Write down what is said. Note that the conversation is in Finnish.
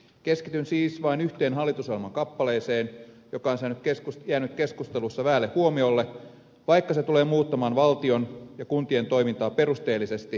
keskityn siis vain yhteen hallitusohjelman kappaleeseen joka on jäänyt keskustelussa vähälle huomiolle vaikka se tulee muuttamaan valtion ja kuntien toimintaa perusteellisesti ja peruuttamattomasti